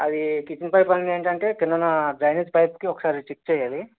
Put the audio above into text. అదీ kitchen pipe అన్నీ ఏంటంటే కిందనా డ్రైనేజ్ పైప్కి ఒకసారి చెక్ చెయ్యాలి